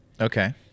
Okay